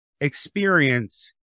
experience